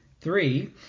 Three